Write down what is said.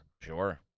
Sure